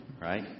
right